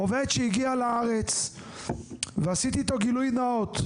עובד שהגיע לארץ ועשיתי איתו גילוי נאות,